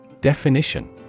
Definition